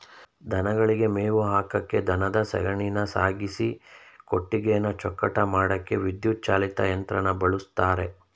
ದನಗಳಿಗೆ ಮೇವು ಹಾಕಕೆ ದನದ ಸಗಣಿನ ಸಾಗಿಸಿ ಕೊಟ್ಟಿಗೆನ ಚೊಕ್ಕಟ ಮಾಡಕೆ ವಿದ್ಯುತ್ ಚಾಲಿತ ಯಂತ್ರನ ಬಳುಸ್ತರೆ